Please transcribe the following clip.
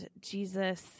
Jesus